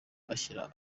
ashyira